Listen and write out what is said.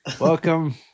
welcome